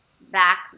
back